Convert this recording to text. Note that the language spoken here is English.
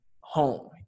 home